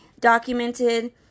documented